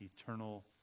eternal